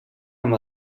amb